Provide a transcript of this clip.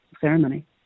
ceremony